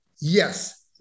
Yes